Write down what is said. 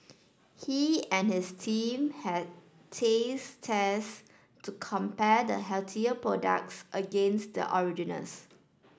he and his team had taste test to compare the healthier products against the originals